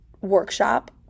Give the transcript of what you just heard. workshop